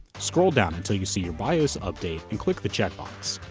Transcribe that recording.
scroll down until you see your bios update and click the checkbox.